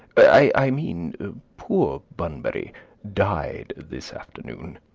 i mean poor bunbury died this afternoon.